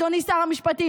אדוני שר המשפטים,